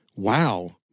Wow